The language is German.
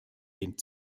den